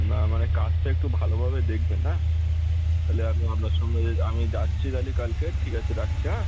না মানে কাজটা একটু ভালোভাবে দেকবেন হ্যাঁ তালে আমি আপনার সঙ্গে আমি যাচ্ছি তালে কালকের ঠিক আছে রাখছি হ্যাঁ